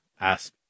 ask